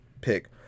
pick